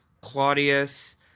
Claudius